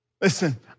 Listen